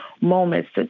moments